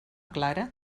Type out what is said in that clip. clara